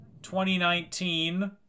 2019